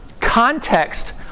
Context